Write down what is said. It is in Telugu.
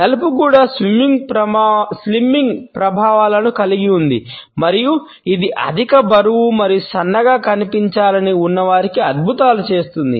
నలుపు కూడా స్లిమ్మింగ్ ప్రభావాలను కలిగి ఉంది మరియు ఇది అధిక బరువు మరియు సన్నగా కనిపించాలని ఉన్నవారికి అద్భుతాలు చేస్తుంది